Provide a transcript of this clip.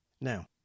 Now